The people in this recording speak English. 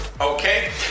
Okay